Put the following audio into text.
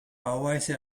bauweise